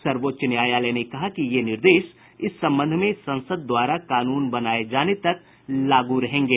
सर्वोच्च न्यायालय ने कहा कि ये निर्देश इस संबंध में संसद द्वारा कानून बनाये जाने तक लागू रहेंगे